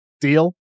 deal